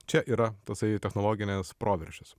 čia yra tasai technologinis proveržis